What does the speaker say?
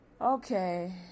Okay